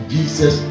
Jesus